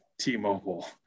T-Mobile